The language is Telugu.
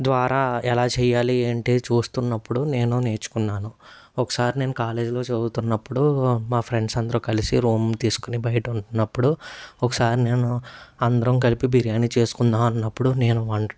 ద్వారా ఎలా చేయాలి ఏంటి చూస్తున్నప్పుడు నేను నేర్చుకున్నాను ఒకసారి నేను కాలేజీలో చదువుతున్నప్పుడు మా ఫ్రెండ్స్ అందరు కలిసి రూమ్ తీసుకొని బయట ఉన్నప్పుడు ఒకసారి నేను అందరం కలిపి బిర్యానీ చేసుకుందాం అన్నప్పుడు నేను వంట